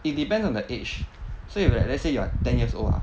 it depends on the age so you like let's say you're ten years old ah